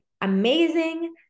amazing